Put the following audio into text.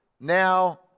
now